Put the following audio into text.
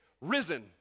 risen